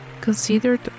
considered